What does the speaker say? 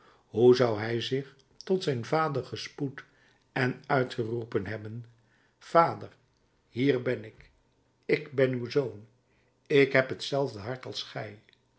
hoe zou hij zich tot zijn vader gespoed en uitgeroepen hebben vader hier ben ik ik ben uw zoon ik heb hetzelfde hart als